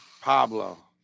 pablo